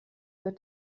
wird